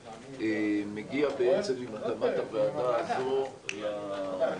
מגיע בעצם עם הקמת הוועדה הזו אולי